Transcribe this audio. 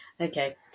Okay